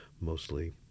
mostly